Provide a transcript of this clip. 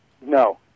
No